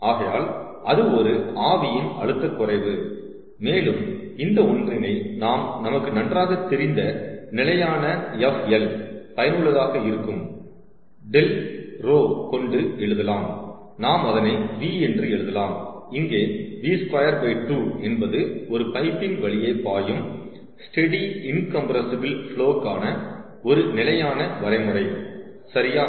ஆகையால் அது ஒரு ஆவியின் அழுத்த குறைவு மேலும் இந்த ஒன்றினை நாம் நமக்கு நன்றாகத் தெரிந்த நிலையான fL பயனுள்ளதாக இருக்கும் Dρ கொண்டு எழுதலாம் நாம் அதனை v என்று எழுதலாம் இங்கே v22என்பது ஒரு பைப்பின் வழியே பாயும் ஸ்டெடி இன்கம்பிரசிபில் ஃபுலோக்கான ஒரு நிலையான வரைமுறை சரியா